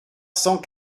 cent